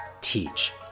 teach